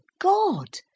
God